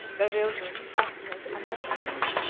bewildered, fascinated, amazed,